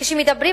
כשמדברים,